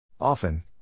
Often